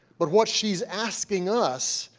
but what she's asking us,